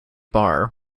bar